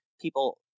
people